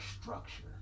structure